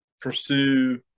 pursue